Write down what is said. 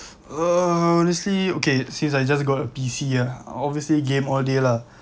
err honestly okay since I just got a P_C uh obviously game all day lah